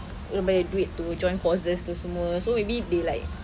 dorang bayar duit tu join courses tu semua so maybe they like